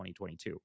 2022